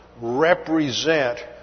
Represent